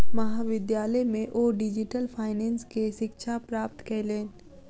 महाविद्यालय में ओ डिजिटल फाइनेंस के शिक्षा प्राप्त कयलैन